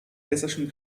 hessischen